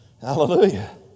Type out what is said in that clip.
Hallelujah